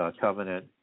covenant